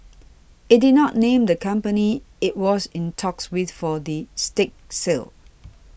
it did not name the company it was in talks with for the stake sale